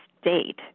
state